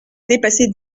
dépasser